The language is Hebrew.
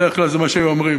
בדרך כלל זה מה שהם אומרים.